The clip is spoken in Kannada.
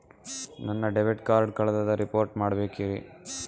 ನನ್ನ ಡೆಬಿಟ್ ಕಾರ್ಡ್ ಕಳ್ದದ ರಿಪೋರ್ಟ್ ಮಾಡಬೇಕ್ರಿ